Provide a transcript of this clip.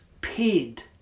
paid